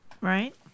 Right